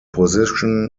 position